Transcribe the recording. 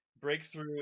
Breakthrough